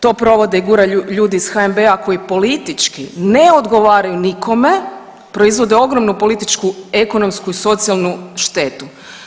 To provode i guraju ljudi iz HNB-a koji politički ne odgovaraju nikome proizvode ogromnu političku, ekonomsku i socijalnu štetu.